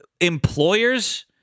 employers